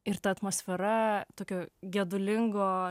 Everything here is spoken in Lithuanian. ir ta atmosfera tokio gedulingu